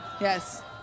yes